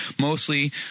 Mostly